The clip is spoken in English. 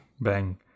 Bang